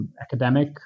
academic